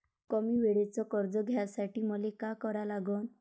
कमी वेळेचं कर्ज घ्यासाठी मले का करा लागन?